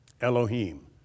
Elohim